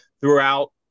throughout